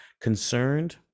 concerned